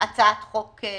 בהצעת חוק ממשלתית.